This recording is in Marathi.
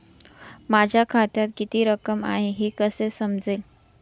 माझ्या खात्यात किती रक्कम आहे हे कसे समजेल?